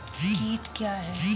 कीट क्या है?